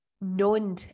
known